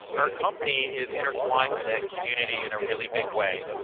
our company is intertwined with this community in a really big way,